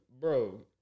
bro –